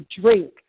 drink